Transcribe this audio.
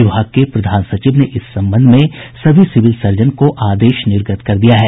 विभाग के प्रधान सचिव ने इस संबंध में सभी सिविल सर्जन को आदेश निर्गत कर दिया है